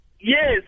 Yes